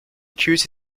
accused